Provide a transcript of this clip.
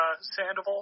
Sandoval